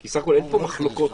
כי אין מחלוקות.